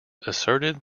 asserted